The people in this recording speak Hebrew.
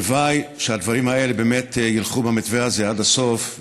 הלוואי שהדברים האלה באמת ילכו במתווה הזה עד הסוף,